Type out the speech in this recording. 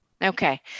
Okay